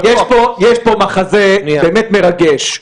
יש פה מחזה באמת מרגש,